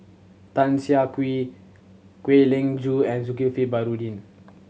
Tan Siah Kwee Kwek Leng Joo and Zulkifli Baharudin